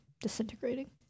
disintegrating